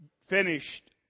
finished